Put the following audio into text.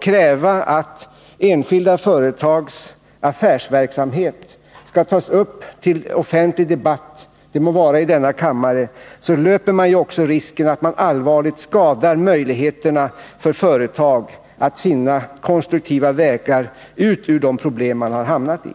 kräva att enskilda företags affärsverksamhet skall tas upp till offentlig debatt — det må vara i denna kammare — löper man risken att allvarligt skada möjligheterna för företag att finna konstruktiva vägar ut ur de problem som de har hamnat i.